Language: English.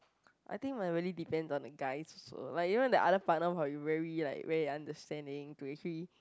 I think must really depend on the guys also like you know the other partner must be really like very understanding to actually